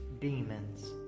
demons